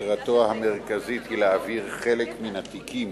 מטרתו המרכזית היא להעביר חלק מן התיקים